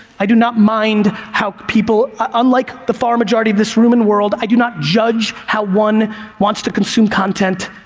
i do not mind how people, unlike the far majority of this room and world, i do not judge how one wants to consume content,